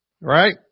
Right